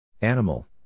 Animal